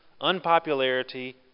unpopularity